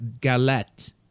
Galette